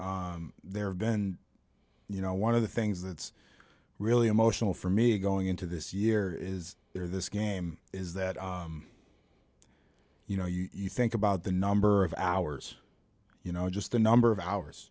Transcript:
there have been you know one of the things that's really emotional for me going into this year is this game is that you know you think about the number of hours you know just the number of hours